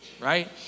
right